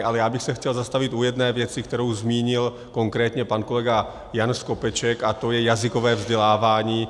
Ale já bych se chtěl zastavit u jedné věci, kterou zmínil konkrétně pan kolega Jan Skopeček, a to je jazykové vzdělávání.